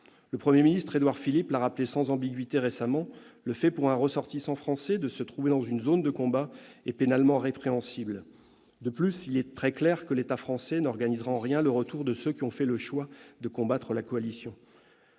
Le Premier ministre, Édouard Philippe, l'a rappelé sans ambiguïté récemment : le fait, pour un ressortissant français, de se trouver dans une zone de combat est pénalement répréhensible. De plus, il est parfaitement clair que l'État français n'organisera pas le retour de ceux qui ont fait le choix de combattre la coalition.